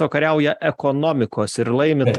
o kariauja ekonomikos ir laimi